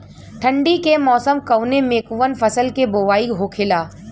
ठंडी के मौसम कवने मेंकवन फसल के बोवाई होखेला?